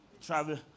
travel